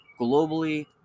globally